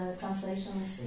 translations